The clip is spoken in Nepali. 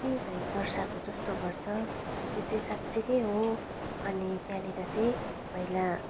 घरी घरी तर्साएको जस्तो गर्छ त्यो चाहिँ साँच्चैको हो अनि त्यहाँनिर चाहिँ पहिला